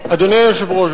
אדוני היושב-ראש,